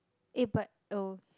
eh but oh